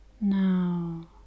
Now